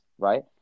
Right